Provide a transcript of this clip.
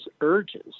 urges